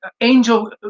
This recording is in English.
angel